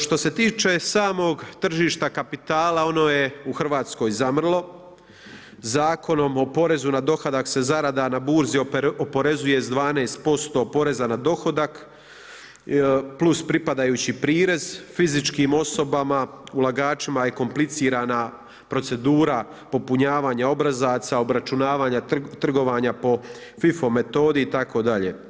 Što se tiče samog tržišta kapitala, ono je u Hrvatskoj zamrlo, Zakonom o porezu na dohodak se zarada na burzi oporezuje s 12% poreza na dohodak + pripadajući prirez, fizičkim osobama, ulagačima je komplicirana procedura popunjavanja obrazaca, obračunavanja trgovanja po FIFO metodi itd.